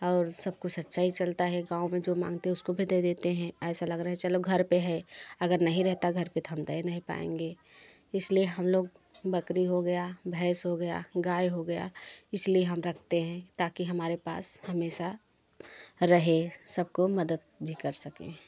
और सब कुछ अच्छा ही चलता है गाँव में जो मांगते है उसको भी दे देते हैं ऐसा लग रहा है चलो घर पे है अगर नहीं रहता घर पे तो हम दे नहीं पाएँगे इसलिए हम लोग बकरी हो गया भैंस हो गया गाय हो गया इसलिए हम रखते हैं ताकि हमारे पास हमेशा रहे सबको मदद भी कर सकें